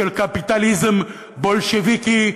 של קפיטליזם בולשביקי,